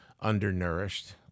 undernourished